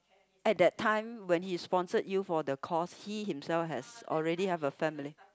at that time when he sponsored you for the course he himself has already have a family